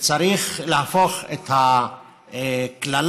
וצריך להפוך את הקללה,